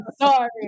sorry